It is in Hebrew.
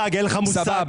אין לך מושג.